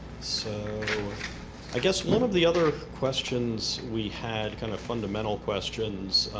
so i guess one of the other questions we had, kind of fundamental questions